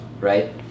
right